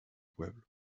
pueblo